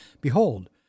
Behold